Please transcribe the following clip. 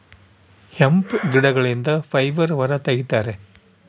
hemp ಗಿಡಗಳಿಂದ fibre ಹೊರ ತಗಿತರೆ